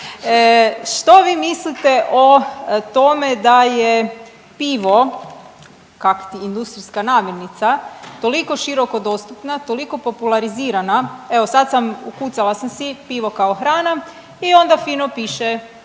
što vi mislite o tome da je pivo kak ti industrijska namirnica toliko široko dostupna, toliko popularizirana, evo sad sam, ukucala sam si, pivo kao hrana i onda fino piše